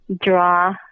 draw